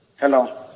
hello